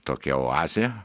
tokia oazė